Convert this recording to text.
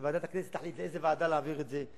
או שוועדת הכנסת תחליט לאיזו ועדה להעביר את זה.